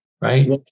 Right